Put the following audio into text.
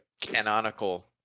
canonical